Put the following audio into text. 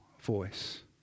voice